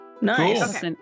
Nice